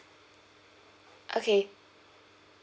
okay